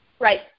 Right